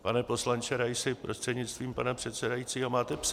Pane poslanče Raisi, prostřednictvím pana předsedajícího, máte psa?